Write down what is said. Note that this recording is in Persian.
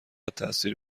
تاثیر